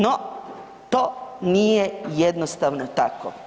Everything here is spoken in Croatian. No to nije jednostavno tako.